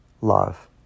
love